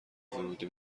ورودی